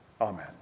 Amen